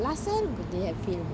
last time they have film